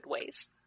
ways